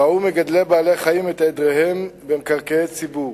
רעו מגדלי בעלי-חיים את עדריהם במקרקעי ציבור.